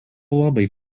labai